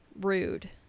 Rude